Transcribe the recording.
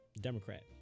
Democrat